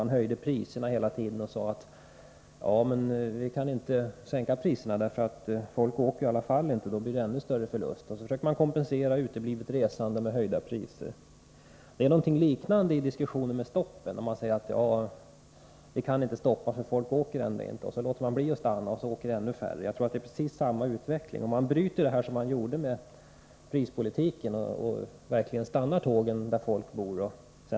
Man höjde hela tiden priserna och menade att det inte gick att sänka priserna för folk skulle ändå inte åka mer, och då skulle det bli ännu större förluster. Man försökte kompensera uteblivet resande med höjda priser. Det är ett liknande förhållande i fråga om stoppen. Man resonerar som så att vi kan inte stoppa tågen för folk åker inte. Så låter man bli att stanna, och då är det ännu färre som åker. Jag tror att det leder till samma utveckling som i fråga om prisökningarna. Om man bryter detta mönster, precis som man gjorde med prispolitiken, och verkligen stannar tågen där folk bor, då kan man vända utvecklingen.